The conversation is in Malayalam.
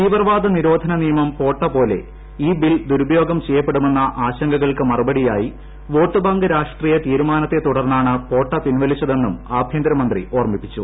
തീവ്രവാദ നിരോധന നിയമം പോട്ട പോലെ ഈ ബിൽ ദുരുപയോഗം ചെയ്യപ്പെടുമെന്ന ആശങ്കകൾക്ക് മറുപടിയായി വോട്ട് ബാങ്ക് രാഷ്ട്രീയ തീരുമാനത്തെ തുടർന്നാണ് പോട്ട പിൻവലിച്ചതെന്നും ആഭ്യന്തരമന്ത്രി ഓർമ്മിപ്പിച്ചു